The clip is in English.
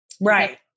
Right